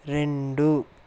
రెండు